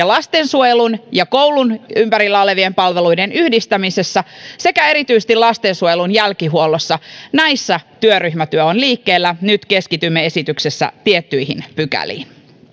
lastensuojelun ja koulun ympärillä olevien palveluiden yhdistämisessä sekä erityisesti lastensuojelun jälkihuollossa näissä työryhmätyö on liikkeellä nyt keskitymme esityksessä tiettyihin pykäliin